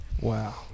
wow